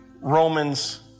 Romans